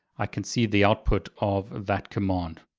i can see the output of that command.